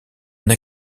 une